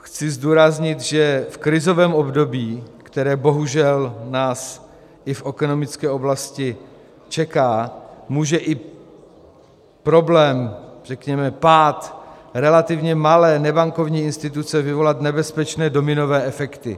Chci zdůraznit, že v krizovém období, které bohužel nás i v ekonomické oblasti čeká, může i problém, řekněme pád relativně malé nebankovní instituce vyvolat nebezpečné dominové efekty.